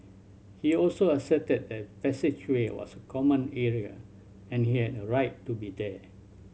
he also asserted the passageway was a common area and he had a right to be there